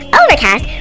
overcast